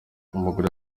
umugore